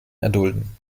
erdulden